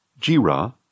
Jira